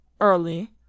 Early